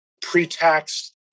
pre-tax